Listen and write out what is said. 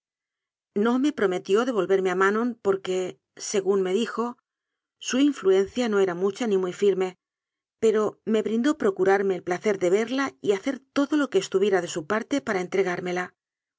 no me prometió devolverme a ma non porque según me dijo su influencia no era mucha ni muy firme pero me brindó procurarme el placer de verla y hacer todo lo que estuviera de su parte para entregármela